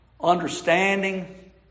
Understanding